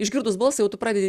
išgirdus balsą jau tu pradedi